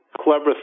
clever